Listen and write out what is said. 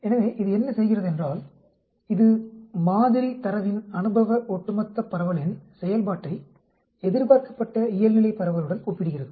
எனவே இது என்ன செய்கிறதென்றால் இது மாதிரி தரவின் அனுபவ ஒட்டுமொத்த பரவலின் செயல்பாட்டை எதிர்பார்க்கப்பட்ட இயல்நிலை பரவலுடன் ஒப்பிடுகிறது